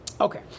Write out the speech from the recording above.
Okay